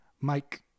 Mike